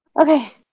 Okay